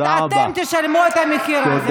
ואתם תשלמו את המחיר על זה.